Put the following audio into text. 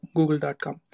Google.com